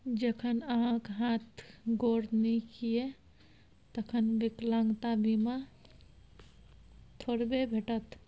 जखन अहाँक हाथ गोर नीक यै तखन विकलांगता बीमा थोड़बे भेटत?